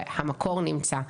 והמקור נמצא.